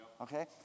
Okay